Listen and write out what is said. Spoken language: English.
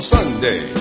Sunday